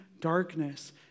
darkness